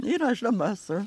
ir aš dabar esu